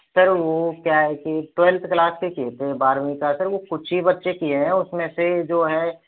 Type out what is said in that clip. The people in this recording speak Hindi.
सर वह क्या है कि ट्वेल्थ क्लास के किए थे बारहवीं का सर वह कुछ ही बच्चे किए थे उसमें से जो हैं